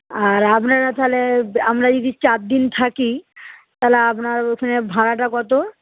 আর আপনারা তাহলে আমরা যদি চারদিন থাকি তাহলে আপনার ওখানে ভাড়াটা কত